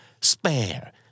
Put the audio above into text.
Spare